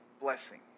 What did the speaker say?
blessing